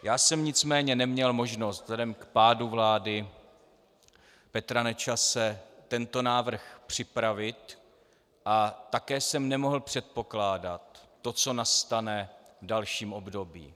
Já jsem nicméně neměl možnost vzhledem k pádu vlády Petra Nečase tento návrh připravit a také jsem nemohl předpokládat to, co nastane v dalším období.